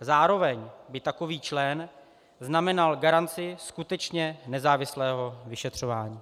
Zároveň by takový člen znamenal garanci skutečně nezávislého vyšetřování.